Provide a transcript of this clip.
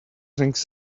rings